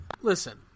listen